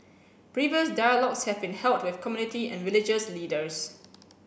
previous dialogues have been held with community and religious leaders